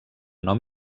nom